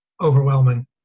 overwhelming